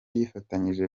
yifatanyije